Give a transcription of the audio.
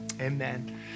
amen